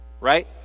Right